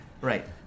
Right